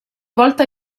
volta